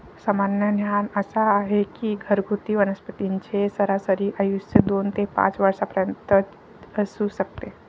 सामान्य ज्ञान असा आहे की घरगुती वनस्पतींचे सरासरी आयुष्य दोन ते पाच वर्षांपर्यंत असू शकते